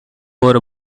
wore